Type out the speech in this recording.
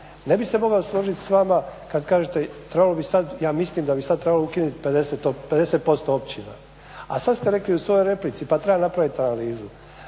Ne bih se mogao složiti sa vama kad kažete, trebalo bi sad, ja mislim da bi sad trebalo ukinuti 50% općina, a sad ste rekli u svojoj replici pa treba napravit analizu.